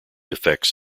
effects